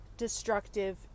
destructive